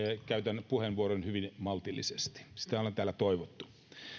käytän puheenvuoron hyvin maltillisesti sitä ollaan täällä toivottu